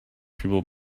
people